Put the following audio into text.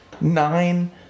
nine